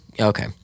okay